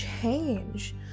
change